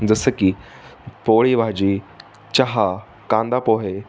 जसं की पोळी भाजी चहा कांदा पोहे